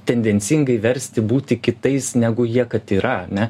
tendencingai versti būti kitais negu jie kad yra ane